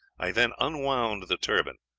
i then unwound the turban,